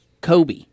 Kobe